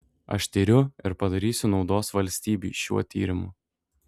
aš tiriu ir padarysiu naudos valstybei šiuo tyrimu